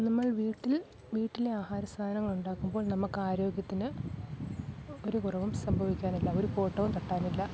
നമ്മൾ വീട്ടിൽ വീട്ടിലെ ആഹാര സാധനങ്ങൾ ഉണ്ടാക്കുമ്പോൾ നമുക്ക് ആരോഗ്യത്തിന് ഒരു കുറവും സംഭവിക്കാനില്ല ഒരു കോട്ടവും തട്ടാനില്ല